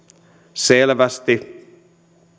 selvästi